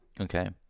okay